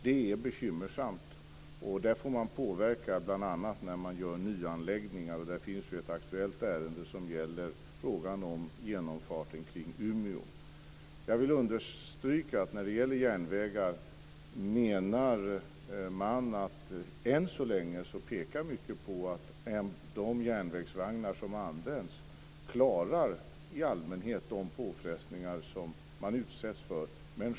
Det är bekymmersamt, och det får man påverka bl.a. när man gör nyanläggningar. Det finns ju ett aktuellt ärende som gäller frågan om genomfarten kring Jag vill understryka att när det gäller järnvägar menar man att mycket än så länge pekar på att de järnvägsvagnar som används i allmänhet klarar de påfrestningar som de utsätts för.